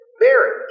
marriage